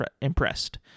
impressed